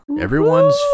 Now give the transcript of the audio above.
everyone's